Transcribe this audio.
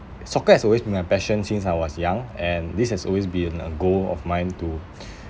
soccer has always been my passion since I was young and this has always been a goal of mine to